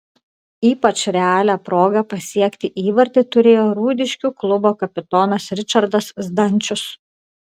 ypač realią progą pasiekti įvartį turėjo rūdiškių klubo kapitonas ričardas zdančius